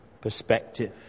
perspective